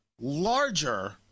larger